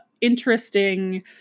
interesting